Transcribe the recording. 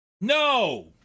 No